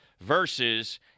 versus